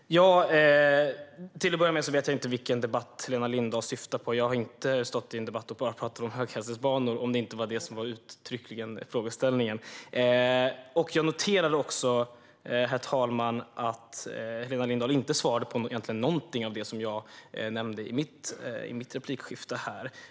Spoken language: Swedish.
Herr talman! Till att börja med vet jag inte vilken debatt Helena Lindahl syftar på; jag har inte stått i någon debatt och bara pratat om höghastighetsbanor om det inte uttryckligen varit frågeställningen. Jag noterade också att Helena Lindahl inte svarade på egentligen någonting av det jag nämnde i min replik, herr talman.